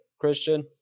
christian